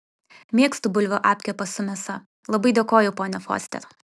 mėgstu bulvių apkepą su mėsa labai dėkoju ponia foster